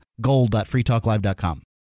gold.freetalklive.com